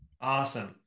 Awesome